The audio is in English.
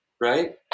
right